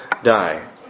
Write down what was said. die